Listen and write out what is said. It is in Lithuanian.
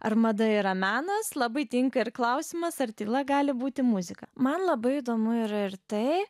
ar mada yra menas labai tinka ir klausimas ar tyla gali būti muzika man labai įdomu ir tai